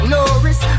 Norris